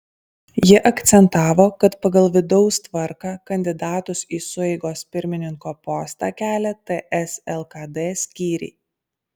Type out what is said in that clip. ji akcentavo kad pagal vidaus tvarką kandidatus į sueigos pirmininko postą kelia ts lkd skyriai